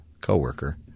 coworker